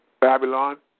Babylon